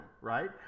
right